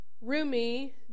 Rumi